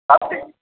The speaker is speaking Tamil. கார்த்திக்